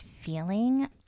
feeling